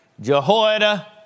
Jehoiada